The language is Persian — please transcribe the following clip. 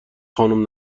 خانم